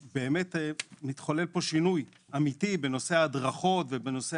מתחולל פה שינוי אמיתי בנושא ההדרכות ובנושא